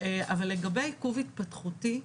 לגבי עיכוב התפתחותי,